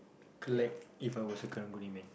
collected If I was a Karang-Guni man